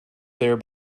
there